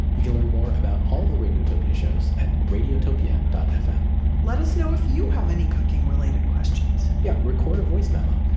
you can learn more about all the radiotopia shows at radiotopia fm let us know if you have any cooking related questions yeah. record a voice memo.